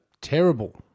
terrible